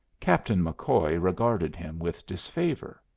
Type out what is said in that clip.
captain mccoy regarded him with disfavor.